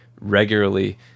regularly